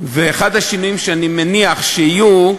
ואחד השינויים שאני מניח שיהיו,